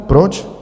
Proč?